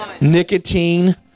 Nicotine